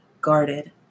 guarded